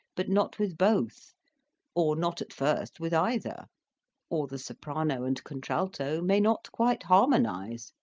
but not with both or not, at first, with either or the soprano and contralto may not quite harmonise.